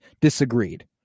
disagreed